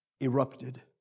erupted